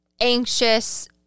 anxious